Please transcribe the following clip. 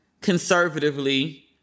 conservatively